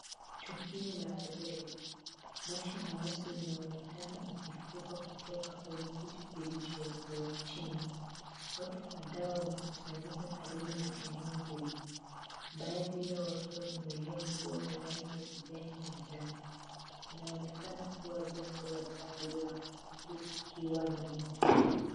Tukio la ajali, moshi mweusi unaonekana ukifuka kutoka kwenye kitu kilichouungua chini. Watu kadhaa wamekusanyika karibu na eneo hilo, baadhi yao wakiwa wamevalia nguo za rangi ya kijani na njano. Linaonekana kuwa jambo la dharura huku kukiwa na moto.